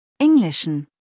Englischen